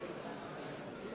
מצביע